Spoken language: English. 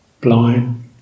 blind